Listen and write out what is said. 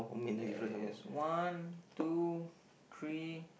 there's is one two three